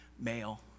male